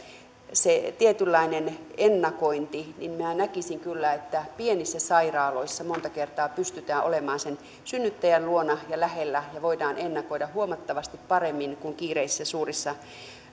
se tietynlainen ennakointi minä näkisin kyllä että pienissä sairaaloissa monta kertaa pystytään olemaan sen synnyttäjän luona ja lähellä ja voidaan ennakoida huomattavasti paremmin kuin kiireisissä suurissa